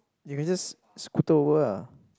you can just scooter over lah